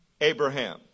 Abraham